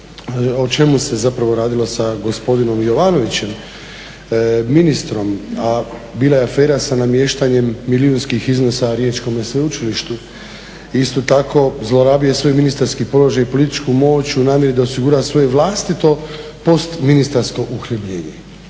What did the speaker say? o čemu se zapravo radilo sa gospodinom Jovanovićem ministrom, a bila je afera sa namještanjem milijunskih iznosa riječkome sveučilištu. Isto tako zlorabio je svoj ministarski položaj i političku moć u namjeri da osigura svoje vlastito post ministarsko uhljebljenje.